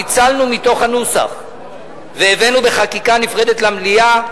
פיצלנו מהנוסח והבאנו בחקיקה נפרדת למליאה.